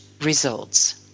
results